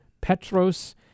Petros